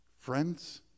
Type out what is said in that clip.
Friends